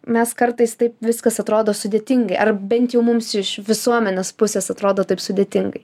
mes kartais taip viskas atrodo sudėtingai ar bent jau mums iš visuomenės pusės atrodo taip sudėtingai